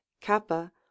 kappa